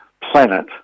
planet